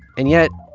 and yet,